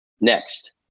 Next